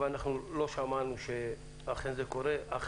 אבל אנחנו לא שמענו שאכן זה קורה.